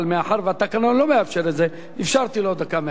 אבל מאחר שהתקנון לא מאפשר את זה אפשרתי לו דקה מהצד.